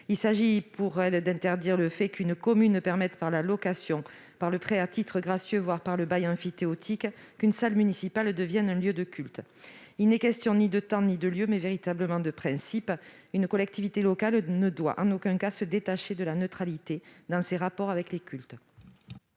Il s'agit d'interdire le fait qu'une commune permette par la location, le prêt à titre gracieux, voire le bail emphytéotique qu'une salle municipale devienne un lieu de culte. Il n'est question ni de temps ni de lieu, mais véritablement de principe : une collectivité locale ne doit en aucun cas se détacher de la neutralité dans ses rapports avec les cultes.